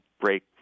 break